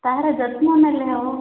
ତାହାର ଯତ୍ନ ନେଲେ ହେବ